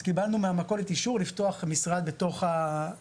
אז קיבלנו מהמכולת אישור לפתוח משרד שם,